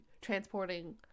transporting